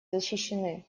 защищены